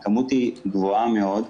הכמות היא גבוהה מאוד.